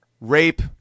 rape